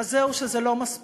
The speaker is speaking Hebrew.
אז זהו, שזה לא מספיק,